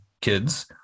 kids